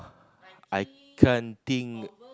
I can't think